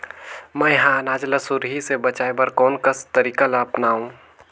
मैं ह अनाज ला सुरही से बचाये बर कोन कस तरीका ला अपनाव?